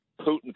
Putin